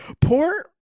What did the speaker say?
Poor